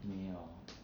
没有